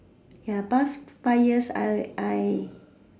ya past five years I will I